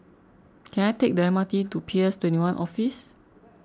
can I take the M R T to PS twenty one Office